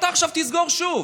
אתה עכשיו תסגור שוב,